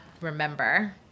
remember